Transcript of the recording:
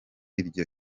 iryo